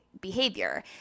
behavior